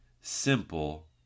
Simple